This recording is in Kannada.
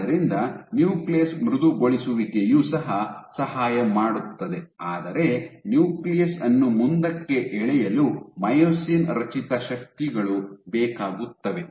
ಆದ್ದರಿಂದ ನ್ಯೂಕ್ಲಿಯಸ್ ಮೃದುಗೊಳಿಸುವಿಕೆಯು ಸಹ ಸಹಾಯ ಮಾಡುತ್ತದೆ ಆದರೆ ನ್ಯೂಕ್ಲಿಯಸ್ ಅನ್ನು ಮುಂದಕ್ಕೆ ಎಳೆಯಲು ಮೈಯೋಸಿನ್ ರಚಿತ ಶಕ್ತಿಗಳು ಬೇಕಾಗುತ್ತವೆ